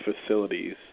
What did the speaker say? facilities